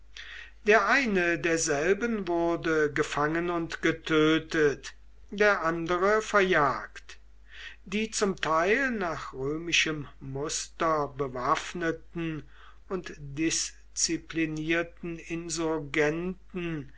der eine derselben wurde gefangen und getötet der andere verjagt die zum teil nach römischem muster bewaffneten und disziplinierten